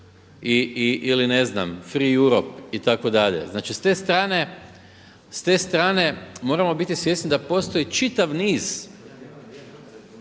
ili ne znam Free Europe. Znači s te strane moramo biti svjesni da postoji čitav niz